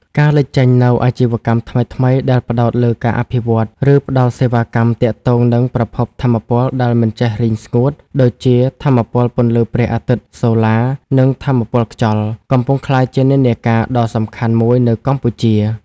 ការលេចចេញនូវអាជីវកម្មថ្មីៗដែលផ្ដោតលើការអភិវឌ្ឍ ឬផ្ដល់សេវាកម្មទាក់ទងនឹង ប្រភពថាមពលដែលមិនចេះរីងស្ងួត (ដូចជា ថាមពលពន្លឺព្រះអាទិត្យ (សូឡា) និង ថាមពលខ្យល់) កំពុងក្លាយជានិន្នាការដ៏សំខាន់មួយនៅកម្ពុជា។